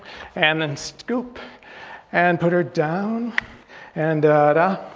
and then scoop and put her down and da,